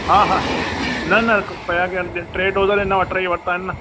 हा हा न न पिया कया आहिनि ॾिस टे डोज़ ॾिना हुआ टे वरिता आहिनि न